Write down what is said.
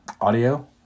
audio